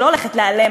שלא הולכת להיעלם,